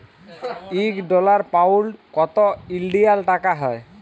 ইক dollar, pound কত ইলডিয়াল টাকা হ্যয়